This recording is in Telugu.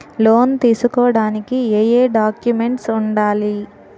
లోన్ తీసుకోడానికి ఏయే డాక్యుమెంట్స్ వుండాలి?